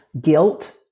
guilt